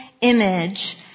image